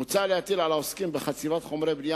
מוצע להטיל על העוסקים בחציבת חומרי בנייה